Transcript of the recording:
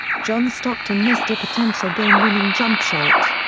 john stockton missed a potential game-winning jump shot.